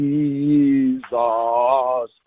Jesus